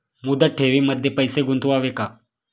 मुदत ठेवींमध्ये पैसे गुंतवावे का?